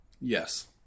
Yes